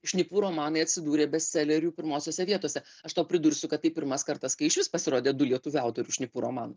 šnipų romanai atsidūrė bestselerių pirmosiose vietose aš tau pridursiu kad tai pirmas kartas kai išvis pasirodė du lietuvių autorių šnipų romanai